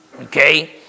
okay